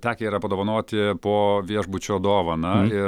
tekę yra padovanoti po viešbučio dovaną ir